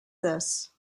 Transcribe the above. this